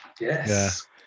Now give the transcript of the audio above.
Yes